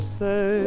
say